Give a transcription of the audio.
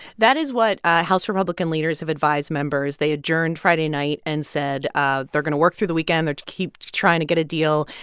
that is what house republican leaders have advised members. they adjourned friday night and said ah they're going to work through the weekend. they're keep trying to get a deal.